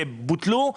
שבוטלו,